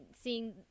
seeing